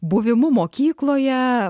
buvimu mokykloje